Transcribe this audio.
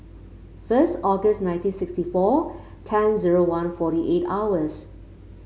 first August nineteen sixty four ten zero one forty eight hours